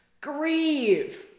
Grieve